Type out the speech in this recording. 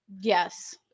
yes